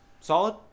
Solid